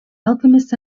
alchemist